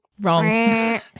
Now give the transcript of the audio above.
Wrong